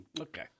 Okay